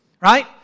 Right